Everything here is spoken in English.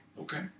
Okay